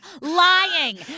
lying